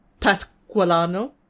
Pasqualano